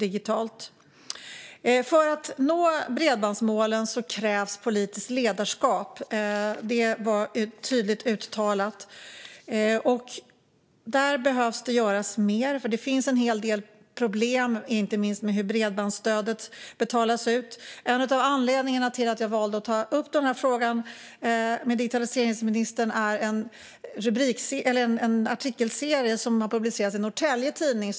För att vi ska nå bredbandsmålen krävs politiskt ledarskap. Det var tydligt uttalat. Där behöver det göras mer. Det finns en hel del problem, inte minst med hur bredbandsstödet betalas ut. En av anledningarna till att jag har valt att ta upp frågan med digitaliseringsministern är en artikelserie i Norrtelje Tidning.